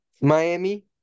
miami